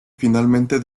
finalmente